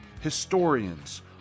historians